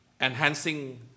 enhancing